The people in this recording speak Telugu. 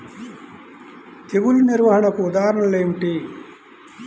తెగులు నిర్వహణకు ఉదాహరణలు ఏమిటి?